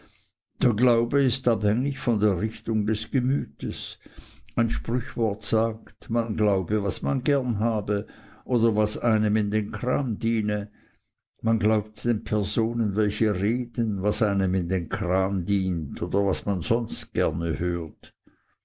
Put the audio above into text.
der glaube ist abhängig von der richtung des gemütes ein sprichwort sagt man glaube was man gern habe oder was einem in den kram diene man glaubt den personen welche reden was einem in den kram dient oder was man sonst gerne hört